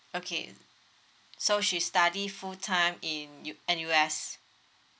okay so she study full time in N_U_S